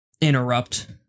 interrupt